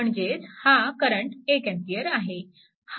म्हणजेच हा current 1A आहे